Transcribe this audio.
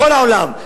בכל העולם,